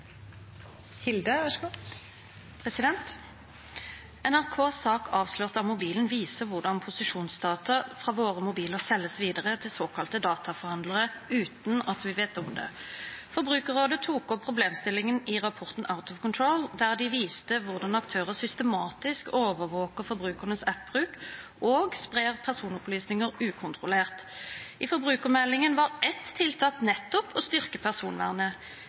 Hilde. «NRKs sak «Avslørt av mobilen» viser hvordan posisjonsdata fra våre mobiler selges videre til såkalte «dataforhandlere» uten at vi vet om det. Forbrukerrådet tok opp problemstillingen i rapporten «Out of Control», der de viste hvordan aktører systematisk overvåker forbrukernes appbruk og sprer personopplysninger ukontrollert. I forbrukermeldingen var et tiltak nettopp å styrke personvernet.